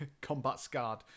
combat-scarred